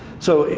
so,